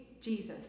Jesus